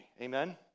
Amen